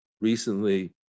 recently